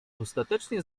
ostatecznie